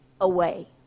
away